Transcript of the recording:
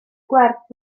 gwerth